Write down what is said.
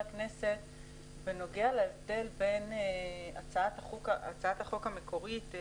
הכנסת בנוגע להבדל בין הצעת החוק המקורית של